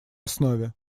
основе